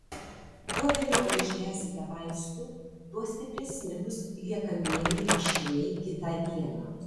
kuo vėliau išgersite vaistų tuo stipresni bus liekamieji reiškiniai kitą dieną